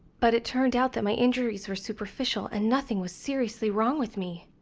but it turned out that my injuries were superficial, and nothing was seriously wrong with me.